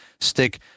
stick